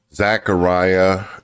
Zachariah